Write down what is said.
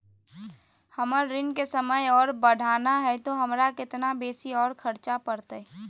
हमर ऋण के समय और बढ़ाना है तो हमरा कितना बेसी और खर्चा बड़तैय?